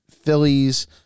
phillies